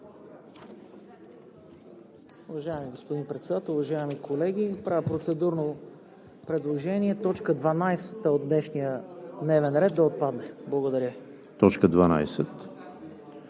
Уважаеми господин Председател, уважаеми колеги! Правя процедурно предложение – точка 12 от днешния дневен ред да отпадне. Благодаря.